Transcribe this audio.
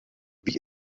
wie